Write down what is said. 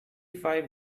five